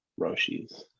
roshis